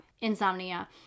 insomnia